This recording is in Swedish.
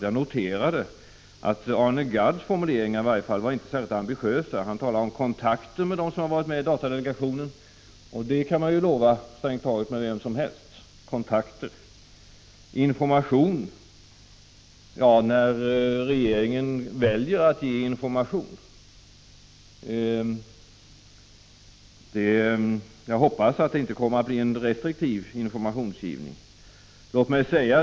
Jag noterade att i varje fall Arne Gadds formuleringar inte gav uttryck för någon särskild ambition. Han talade om kontakter med dem som har varit med i datadelegationen. Kontakter kan man strängt taget lova att ha med vem som helst. Information skall ges, sägs det. Ja, när regeringen väljer att ge information. Jag hoppas att det inte kommer att bli en restriktiv informationsgivning.